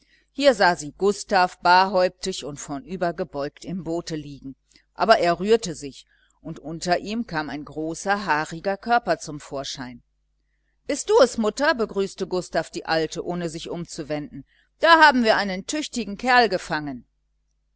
hier sah sie gustav barhäuptig und vornübergebeugt im boote liegen aber er rührte sich und unter ihm kam ein großer haariger körper zum vorschein bist du es mutter begrüßte gustav die alte ohne sich umzuwenden da haben wir einen tüchtigen kerl gefangen